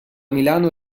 milano